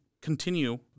continue